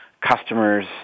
customers